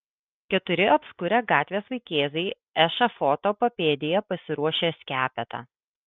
keturi apskurę gatvės vaikėzai ešafoto papėdėje pasiruošė skepetą